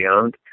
owned